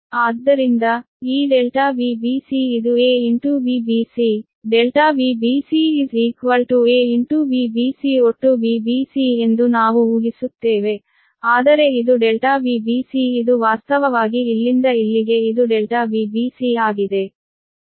ಆದ್ದರಿಂದ ಈ ∆Vbc ಇದು a Vbc ∆Vbc a Vbc ಒಟ್ಟು Vbc ಎಂದು ನಾವು ಊಹಿಸುತ್ತೇವೆ ಆದರೆ ಇದು ∆Vbc ಇದು ವಾಸ್ತವವಾಗಿ ಇಲ್ಲಿಂದ ಇಲ್ಲಿಗೆ ಇದು ∆Vbc ಆಗಿದೆ